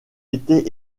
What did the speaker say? était